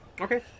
Okay